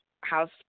house